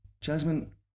Jasmine